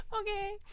Okay